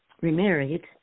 remarried